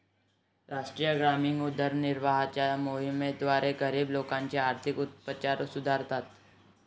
राष्ट्रीय ग्रामीण उदरनिर्वाहाच्या मोहिमेद्वारे, गरीब लोकांचे आर्थिक उपचार सुधारतात